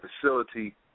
facility